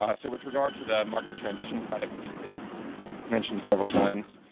ah so with regard to the market transition credit which has been mentioned several times